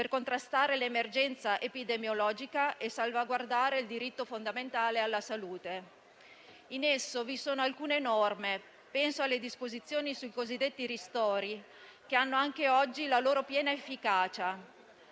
contrastare l'emergenza epidemiologica e salvaguardare il diritto fondamentale alla salute. In esso vi sono alcune norme - penso alle disposizioni sui cosiddetti ristori - che hanno anche oggi la loro piena efficacia;